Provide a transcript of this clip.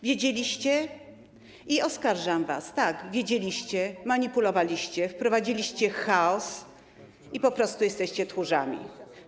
Wiedzieliście - oskarżam was, tak, wiedzieliście - manipulowaliście, wprowadziliście chaos i po prostu jesteście tchórzami.